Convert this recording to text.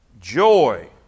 Joy